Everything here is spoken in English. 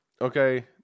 Okay